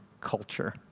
culture